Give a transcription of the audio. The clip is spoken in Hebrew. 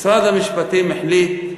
משרד המשפטים החליט,